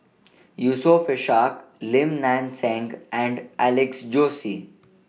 Yusof Ishak Lim Nang Seng and Alex Josey